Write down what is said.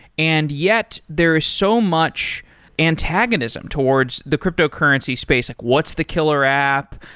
and yet there is so much antagonism towards the cryptocurrency space, like what's the killer app.